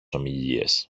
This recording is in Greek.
ομιλίες